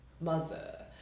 mother